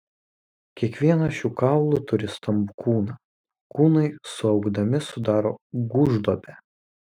kiekvienas šių kaulų turi stambų kūną kūnai suaugdami sudaro gūžduobę